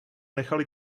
nechali